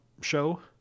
show